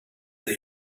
that